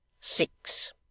Six